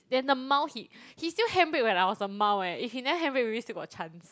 then the mount he he still handbrake when I was on mount eh if he never handbrake I still got chance